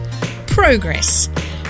Progress